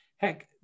Heck